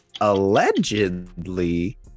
allegedly